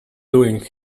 doing